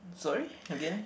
sorry again